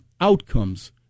outcomes